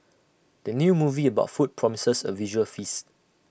the new movie about food promises A visual feast